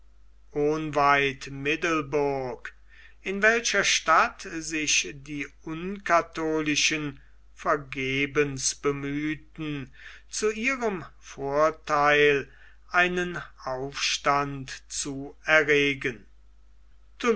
ohnweit middelburg in welcher stadt sich die unkatholischen vergebens bemühten zu ihrem vortheil einen aufstand zu erregen